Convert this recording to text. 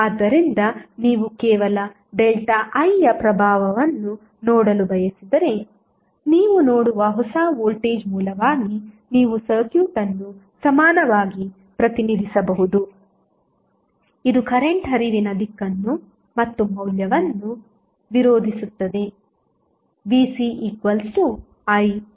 ಆದ್ದರಿಂದ ನೀವು ಕೇವಲ ΔIಯ ಪ್ರಭಾವವನ್ನು ನೋಡಲು ಬಯಸಿದರೆ ನೀವು ನೋಡುವ ಹೊಸ ವೋಲ್ಟೇಜ್ ಮೂಲವಾಗಿ ನೀವು ಸರ್ಕ್ಯೂಟ್ ಅನ್ನು ಸಮಾನವಾಗಿ ಪ್ರತಿನಿಧಿಸಬಹುದು ಇದು ಕರೆಂಟ್ ಹರಿವಿನ ದಿಕ್ಕನ್ನು ಮತ್ತು ಮೌಲ್ಯವನ್ನು ವಿರೋಧಿಸುತ್ತದೆ